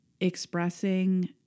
expressing